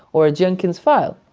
or a jenkins file,